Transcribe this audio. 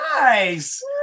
Nice